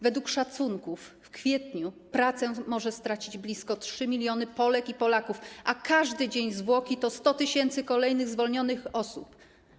Według szacunków w kwietniu pracę może stracić blisko 3 mln Polek i Polaków, a każdy dzień zwłoki to 100 tys. kolejnych zwolnionych osób.